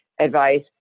advice